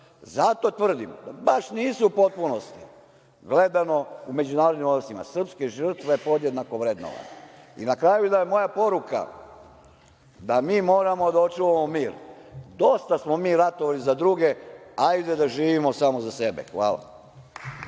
Zato tvrdim da baš nisu u potpunosti, gledano u međunarodnim odnosima, srpske žrtve podjednako vrednovane. Na karaju moja poruka je da mi moramo da očuvamo mir. Dosta smo mi ratovali za druge, hajde da živimo samo za sebe. Hvala.